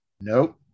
Nope